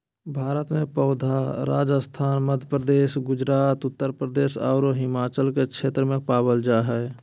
भारत में पौधा राजस्थान, मध्यप्रदेश, गुजरात, उत्तरप्रदेश आरो हिमालय के क्षेत्र में पावल जा हई